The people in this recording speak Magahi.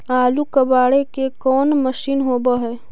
आलू कबाड़े के कोन मशिन होब है?